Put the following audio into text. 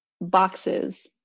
boxes